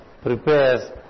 prepares